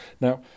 Now